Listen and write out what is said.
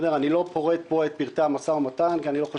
אני לא פורט פה את פרטי המשא ומתן כי אני חושב